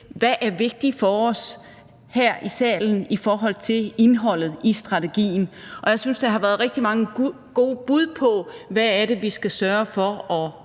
der er vigtigt for os her i salen i forhold til indholdet i strategien, og jeg synes, der har været rigtig mange gode bud på, hvad det er, vi skal sørge for at